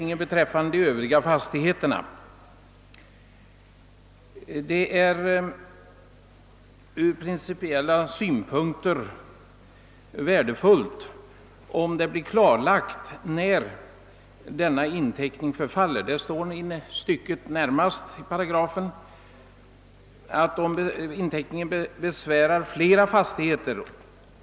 Enligt andra stycket av paragrafen gäller att om en dylik inteckning besvärar flera fastigheter och förnyas endast beträffande någon eller några av dessa fastigheter så förfaller inteckningen beträffande den eller de övriga fastigheterna.